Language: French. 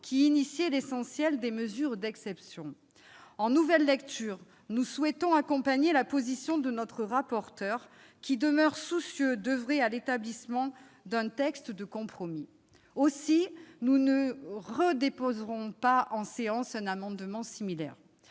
qui contenait l'essentiel des mesures d'exception. En nouvelle lecture, nous souhaitons accompagner la position de notre rapporteur, qui demeure soucieux d'oeuvrer à l'établissement d'un texte de compromis. Aussi, nous ne nous déposerons pas en séance un amendement similaire.